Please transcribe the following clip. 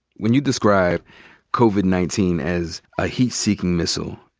when you describe covid nineteen as a heat-seeking missile,